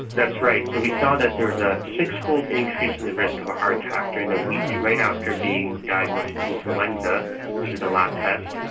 that's right. so we saw that there is a six-fold increase in the risk of a heart attack during the week right after being diagnosed with influenza through the lab test,